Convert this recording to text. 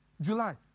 July